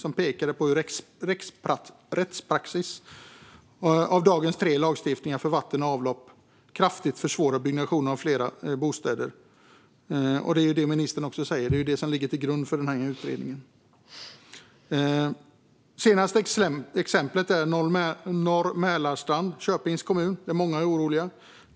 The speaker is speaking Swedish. De pekar på hur rättspraxis med dagens tre lagstiftningar för vatten och avlopp kraftigt försvårar byggnation av fler bostäder. Det är också det ministern säger, och det är vad som ligger till grund för utredningen. Senaste exemplet är Norr Mälarstrand i Köpings kommun där många är oroliga.